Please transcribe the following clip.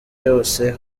yose